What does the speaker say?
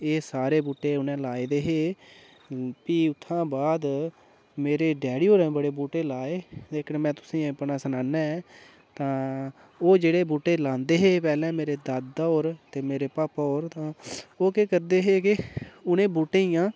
एह् सारे बूह्टे उ'नें लाये दे हे भी उत्थुआं बाद मेरे डैडी होरें बड़े बूह्टे लाये लेकिन में तुसें ई अपना सनाना ऐ तां ओह् जेह्ड़े बूह्टे लांदे हे पैह्लें मेरे दादा होर ते मेरे पापा होर तां ओह् केह् करदे हे के उ'नें बूह्टे दियां